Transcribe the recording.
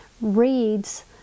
reads